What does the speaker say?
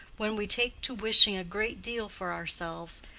when we take to wishing a great deal for ourselves,